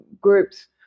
groups